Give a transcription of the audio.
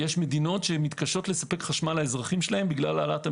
יש מדינות שמתקשות לספק חשמל לאזרחיהן בגלל העלאת המחירים.